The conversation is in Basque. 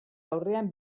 aurrean